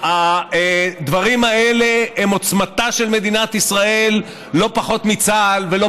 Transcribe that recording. הדברים האלה הם עוצמתה של מדינת ישראל לא פחות מצה"ל ולא